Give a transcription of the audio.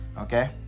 Okay